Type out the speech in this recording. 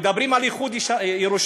מדברים על איחוד ירושלים,